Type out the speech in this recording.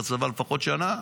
לפחות שנה.